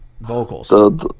vocals